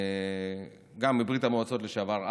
גם מברית המועצות לשעבר,